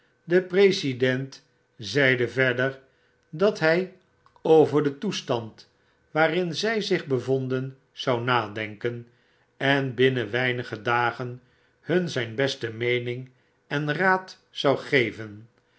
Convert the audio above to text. de president zeide verder dat hij over den toestand waarin zj zich bevonden zou nadenken en binnen weinige dagen hun zijn beste meening en raad zou geven